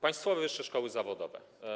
Państwowe wyższe szkoły zawodowe.